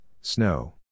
snow